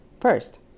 first